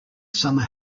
summer